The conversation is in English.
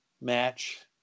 match